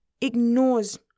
ignores